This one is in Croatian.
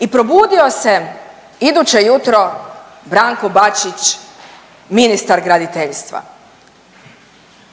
I probudio se iduće jutro Branko Bačić, ministar graditeljstva